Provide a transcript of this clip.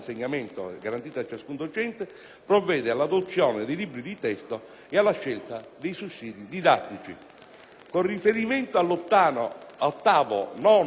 provvede all'adozione dei libri di testo e alla scelta dei sussidi didattici. Con riferimento all'ottavo, nono e decimo punto del dispositivo,